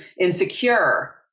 insecure